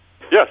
Yes